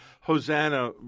Hosanna